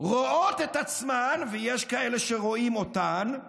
רואות את עצמן, ויש כאלה שרואים אותן,